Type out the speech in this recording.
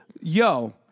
Yo